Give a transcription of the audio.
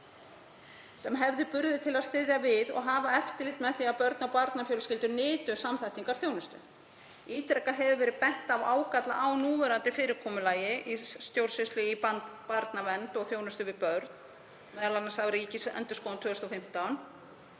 sem hefði burði til að styðja við og hafa eftirlit með því að börn og barnafjölskyldur nytu samþættingar þjónustu. Ítrekað hefur verið bent á ágalla á núverandi fyrirkomulagi í stjórnsýslu í barnavernd og þjónustu við börn, m.a. af Ríkisendurskoðun árið